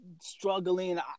struggling